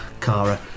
Kara